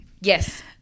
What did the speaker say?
Yes